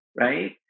right